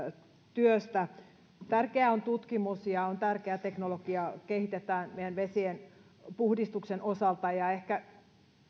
työstä tärkeää on tutkimus ja on tärkeää että teknologiaa kehitetään meidän vesien puhdistuksen osalta ehkä